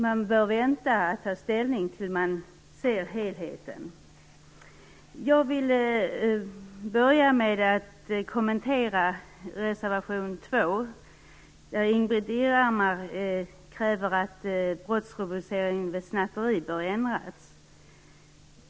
Man bör vänta med att ta ställning tills man ser helheten. Jag vill börja med att kommentera reservation 2, där Ingbritt Irhammar kräver att brottsrubriceringen vid snatteri bör ändras.